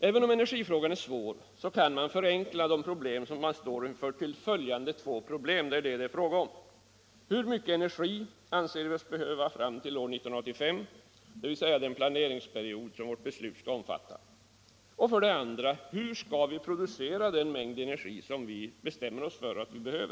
Även om energifrågan är svår kan man förenkla de problem vi står inför till följande två huvudpunkter: Hur mycket energi anser vi oss behöva fram till år 1985, dvs. den planeringsperiod som vårt beslut skall omfatta? Hur skall vi producera den mängd energi vi bestämmer oss för att behöva?